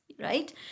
right